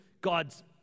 God's